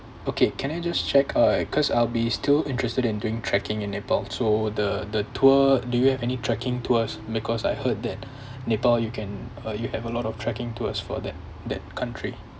okay can I just check uh cause I'll be still interested in doing trekking in nepal so the the tour do you have any trekking tours because I heard that nepal you can uh you have a lot of trekking tours for them that country